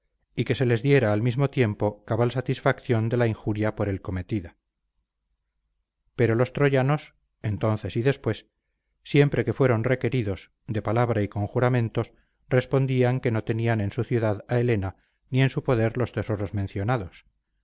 y que se les diera al mismo tiempo cabal satisfacción de la injuria por él cometida pero los troyanos entonces y después siempre que fueron requeridos de palabra y con juramentos respondían que no tenían en su ciudad a helena ni en su poder los tesoros mencionados